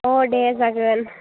दे जागोन